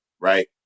right